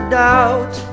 doubt